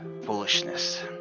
foolishness